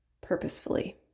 purposefully